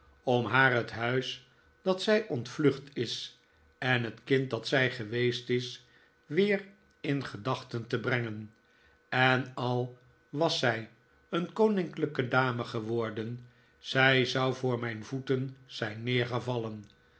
om haar het huis dat zij ontvlucht is en het kind dat zij geweest is weer in gedachten te brengen en al was zij een koninklijke dame geworden zij zou voor mijn voeten zijn